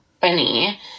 funny